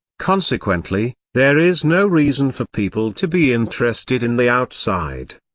consequently, there is no reason for people to be interested in the outside.